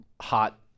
hot